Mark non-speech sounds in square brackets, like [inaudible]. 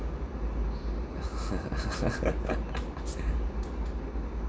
[laughs]